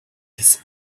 his